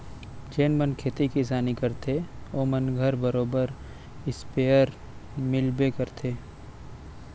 जेन मन खेती किसानी करथे ओ मन घर बरोबर इस्पेयर मिलबे करथे